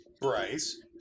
Bryce